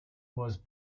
was